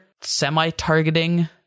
semi-targeting